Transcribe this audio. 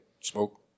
smoke